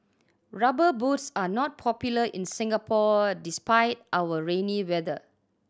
Rubber Boots are not popular in Singapore despite our rainy weather